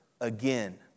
again